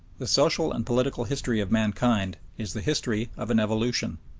the social and political history of mankind is the history of an evolution.